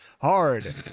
Hard